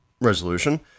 resolution